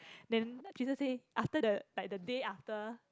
then jun sheng say after the like the day after